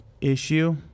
issue